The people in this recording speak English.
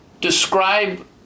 Describe